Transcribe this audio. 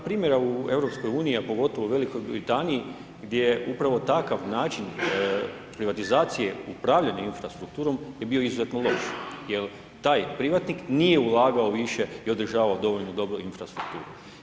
Npr. u EU, a pogotovo u Velikoj Britaniji, gdje je upravo takav način privatizacije upravljanje infrastrukturom, je bio izuzetno loš, jer taj privatnik nije ulagao više i održavao dovoljno dobro infrastrukturu.